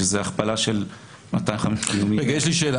שזה הכפלה של --- יש לי שאלה,